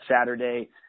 Saturday